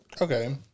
Okay